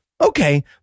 Okay